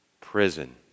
prison